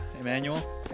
Emmanuel